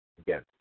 Again